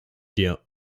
der